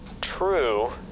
True